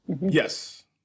Yes